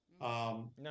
No